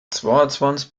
zweiundzwanzig